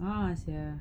uh uh sia